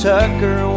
Tucker